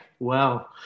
Wow